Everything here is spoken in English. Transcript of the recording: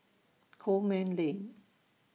Coleman Lane